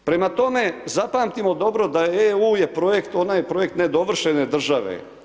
Prema tome, zapamtimo dobro da je EU, je projekt, onaj projekt nedovršene države.